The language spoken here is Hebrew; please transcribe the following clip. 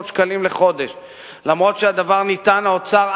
אלה דברים שכל